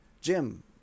Jim